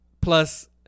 Plus